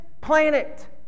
planet